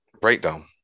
breakdown